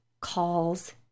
calls